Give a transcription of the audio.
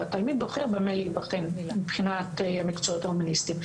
או התלמיד בוחר במה להיבחן מבחינת המקצועות ההומניסטים,